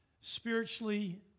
spiritually